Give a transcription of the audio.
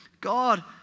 God